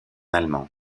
allemand